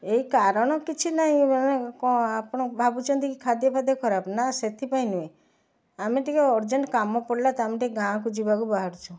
ଏଇ କାରଣ କିଛି ନାହିଁ କ'ଣ ଆପଣ ଭାବୁଛନ୍ତି କି ଖାଦ୍ୟ ଫାଦ୍ୟ ଖରାପ ନା ସେଥିପାଇଁ ନୁହେଁ ଆମେ ଟିକେ ଅର୍ଜେଣ୍ଟ କାମ ପଡ଼ିଲା ତ ଆମେ ଟିକେ ଗାଁ କୁ ଯିବାକୁ ବାହାରିଛୁ